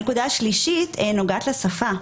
הנקודה השלישית נוגעת לשפה.